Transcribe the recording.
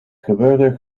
gebeurde